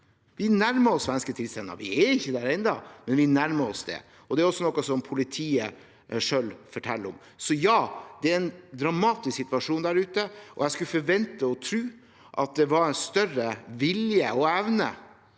Vi nærmer oss svenske tilstander. Vi er ikke der ennå, men vi nærmer oss. Det er også noe politiet selv forteller om. Det er en dramatisk situasjon der ute. Jeg skulle forvente og tro at det var større vilje og evne